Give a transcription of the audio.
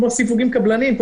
כמו סיווגים קבלניים.